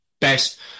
best